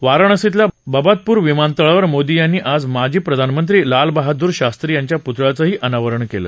वाराणसीतल्या बबातपूर विमानळावर मोदी यांनी आज माजी प्रधानमंत्री लालबहादूर शास्त्री यांच्या पुतळ्याचंही अनावरण केलं